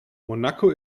monaco